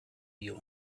wir